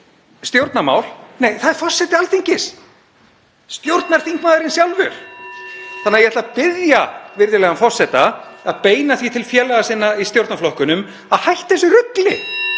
stjórnarmál. Nei, það er forseti Alþingis, stjórnarþingmaðurinn sjálfur. (Forseti hringir.) Ég ætla að biðja virðulegan forseta að beina því til félaga sinna í stjórnarflokkunum að hætta þessu rugli,